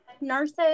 nurses